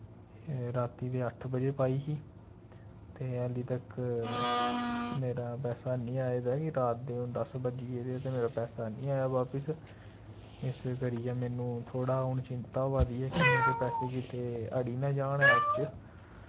राती दे अट्ठ बजे पाई ही ते हाली तक मेरा पैसा हैनी आए दा कि रात दे हुन दस बज्जी गेदे ते मेरा पैसा हैनी आया बापिस इस करियै मेनू थुआढ़ा हुन चिंता होआ दी ऐ कि मेरे पैसे किते अड़ी ना जान एप्प च